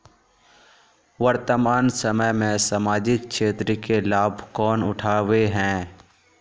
वर्तमान समय में सामाजिक क्षेत्र के लाभ कौन उठावे है?